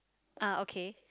ah okay